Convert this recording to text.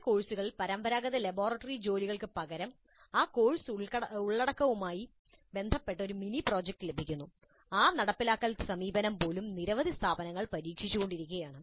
ചില കോഴ്സുകളിൽ പരമ്പരാഗത ലബോറട്ടറി ജോലികൾക്ക് പകരം ആ കോഴ്സ് ഉള്ളടക്കവുമായി ബന്ധപ്പെട്ട ഒരു മിനി പ്രോജക്റ്റ് ലഭിക്കുന്നു ആ നടപ്പാക്കൽ സമീപനം പോലും നിരവധി സ്ഥാപനങ്ങളിൽ പരീക്ഷിച്ചു കൊണ്ടിരിക്കുകയാണ്